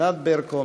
ענת ברקו,